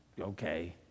okay